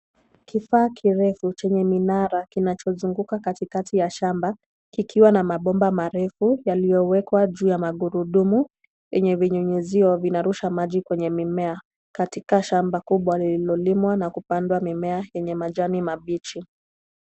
Kifaa kirefu chenye minara kinachozunguka katikati ya shamba, kikiwa na mabomba refu yaliyowekwa juu ya magurudumu yenye vinyunyizio vinarusha maji kwenye mimea katika shamba kubwa lililolimwa na kupandwa mimea yenye majani mabichi.